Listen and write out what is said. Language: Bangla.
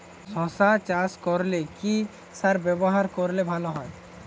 শশা চাষ করলে কি সার ব্যবহার করলে ভালো হয়?